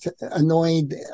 annoyed